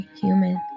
human